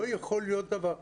לא יכול להיות דבר כזה.